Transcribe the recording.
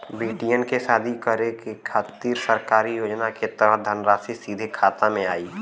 बेटियन के शादी करे के खातिर सरकारी योजना के तहत धनराशि सीधे खाता मे आई?